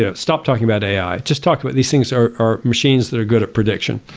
yeah stop talking about ai. just talk about these things or or machines that are good at prediction.